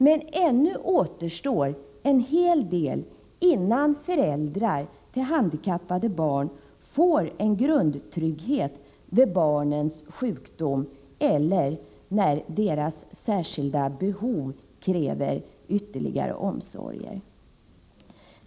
Men ännu återstår en hel del innan föräldrar till handikappade barn får en grundtrygghet vid barnens sjukdom eller när barnens särskilda behov kräver ytterligare omsorger.